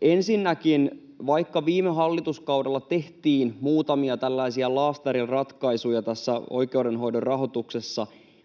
Ensinnäkin: Vaikka viime hallituskaudella tehtiin muutamia tällaisia laastariratkaisuja oikeudenhoidon rahoituksessa,